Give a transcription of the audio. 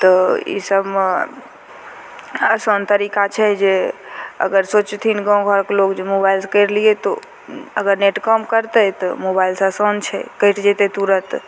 तऽ ईसबमे आसान तरीका छै जे अगर सोचथिन गामघरके लोक जे मोबाइलसे करि लिए तऽ अगर नेट काम करतै तऽ मोबाइलसे आसान छै कटि जएतै तुरन्त